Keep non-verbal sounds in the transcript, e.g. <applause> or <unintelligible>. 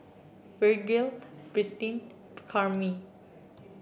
Virgle Brittny <unintelligible> Camryn